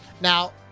Now